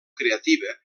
creativa